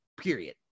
period